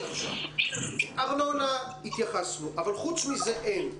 לגבי ארנונה התייחסנו, אבל חוץ מזה אין.